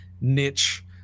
niche